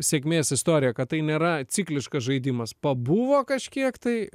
sėkmės istorija kad tai nėra cikliškas žaidimas pabuvo kažkiek tai